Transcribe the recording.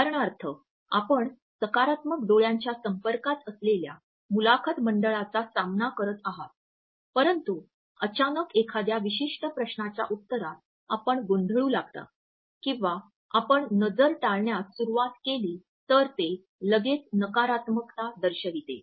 उदाहरणार्थ आपण सकारात्मक डोळ्याच्या संपर्कात असलेल्या मुलाखत मंडळाचा सामना करत आहात परंतु अचानक एखाद्या विशिष्ट प्रश्नाच्या उत्तरात आपण गोंधळू लागता किंवा आपण नजर टाळण्यास सुरुवात केली तर ते लगेचच नकारात्मकता दर्शविते